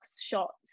shots